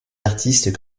artistes